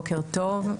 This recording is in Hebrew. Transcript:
בוקר טוב,